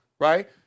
right